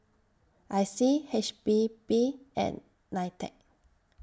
I C H P B and NITEC